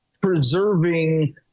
preserving